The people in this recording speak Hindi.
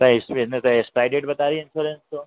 तो एसप्लेंडर का एक्सपाइरी डेट बता रही है एंश्यूरेंश तो